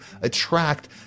attract